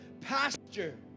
pasture